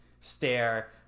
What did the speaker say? stare